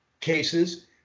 cases